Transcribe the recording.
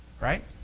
Right